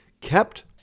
kept